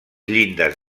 llindes